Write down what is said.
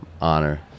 honor